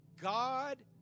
God